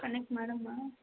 connect ಮಾಡಮ್ಮ